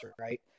right